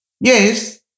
Yes